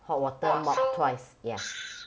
hot water mop twice ya